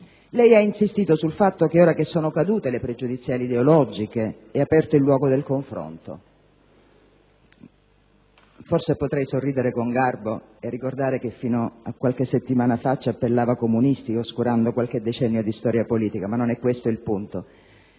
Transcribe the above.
Lei ha insistito sul fatto che ora che sono cadute le pregiudiziali ideologiche è aperto il luogo del confronto. Forse potrei sorridere con garbo e ricordare che fino a qualche settimana fa ci appellava "comunisti" oscurando qualche decennio di storia politica, ma non è questo il punto,